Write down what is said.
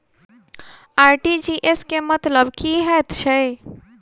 RTGS केँ मतलब की हएत छै?